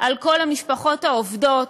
על כל המשפחות העובדות,